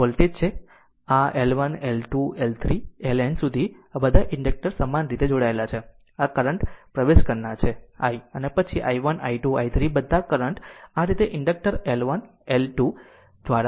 તો આ વોલ્ટેજ છે અને આ L 1 L 2 L 3 L L N સુધી બધા ઇન્ડક્ટર્સ સમાંતર રીતે જોડાયેલા છે અને આ કરંટ પ્રવેશ કરનાર છે i અને પછી i1 i2 i3 બધા કરંટ આ રીતે ઇન્ડક્ટર 1 ઇન્ડક્ટર 2 દ્વારા પસાર થાય છે